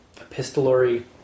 epistolary